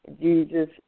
Jesus